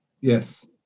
Yes